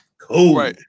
Cool